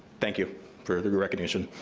thank you for the the recognition.